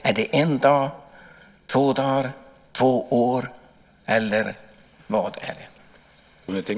Är den en dag, två dagar, två år, eller vad är den?